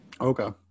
Okay